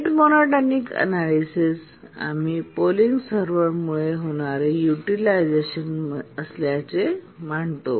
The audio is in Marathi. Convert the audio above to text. रेट मोनोटॉनिक अनालयसिस आम्ही पोलिंग सर्व्हर मुळे होणारे यूटिलिसीझशन म्हणजेच असल्याचे मानतो